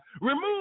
Remove